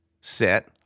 set